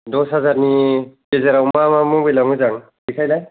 दस हाजारनि गेजेराव मा मा मबाइला मोजां देखायलाय